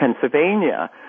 Pennsylvania